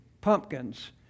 pumpkins